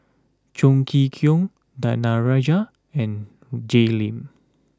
Chong Kee Hiong Danaraj and Jay Lim